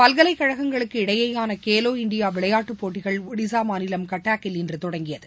பல்கலைக்கழகங்களுக்கு இடையேயான கேலோ இன்டியா விளையாட்டுப் போட்டிகள் ஒடிஸா மாநிலம் கட்டாக்கில் இன்று தொடங்கியது